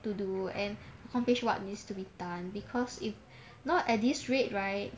to do and accomplish what needs to be done because if not at this rate right